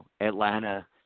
Atlanta